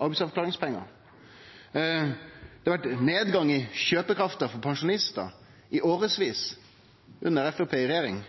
arbeidsavklaringspengar. Det har vore nedgang i kjøpekrafta for pensjonistar i årevis med Framstegspartiet i regjering.